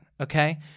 okay